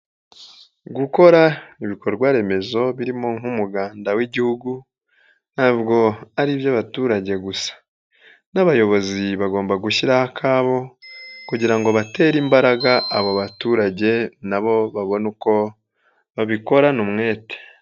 Gukora ibikorwaremezo birimo nk'umuganda w'igihugu, ntabwo ari iby'abaturage gusa n'abayobozi bagomba gushyiraho akabo kugira ngo batere imbaraga abo baturage na bo babone uko babikorana umwete.